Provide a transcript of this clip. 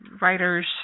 writers